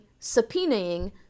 subpoenaing